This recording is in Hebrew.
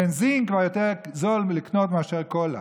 בנזין כבר יותר זול מאשר לקנות קולה.